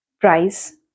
price